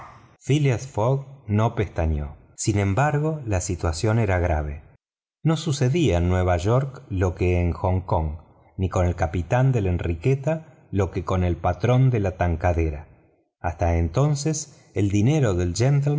fogg no pestañeó sin embargo la situación era grave no sucedía en nueva york lo que en hong kong ni con el capitán de la enriqueta lo que con el patrón de la tankadera hasta entonces el dinero del